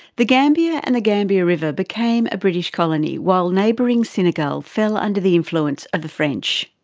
the gambia and the gambia river became a british colony while neighbouring senegal fell under the influence of the french.